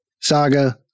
Saga